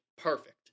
perfect